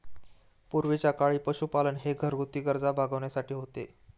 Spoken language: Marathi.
पूर्वीच्या काळी पशुपालन हे घरगुती गरजा भागविण्यासाठी होते